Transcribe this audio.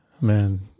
man